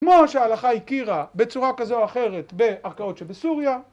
כמו שההלכה הכירה בצורה כזו או אחרת בערכאות שבסוריא